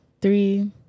three